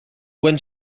when